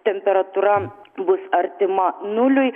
temperatūra bus artima nuliui